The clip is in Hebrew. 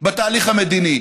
בתהליך המדיני.